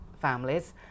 families